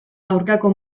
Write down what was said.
aurkako